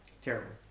Terrible